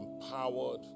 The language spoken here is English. empowered